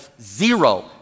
zero